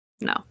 no